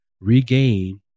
regain